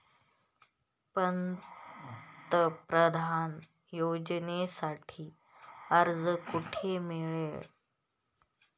पंतप्रधान योजनेसाठी अर्ज कुठे मिळेल?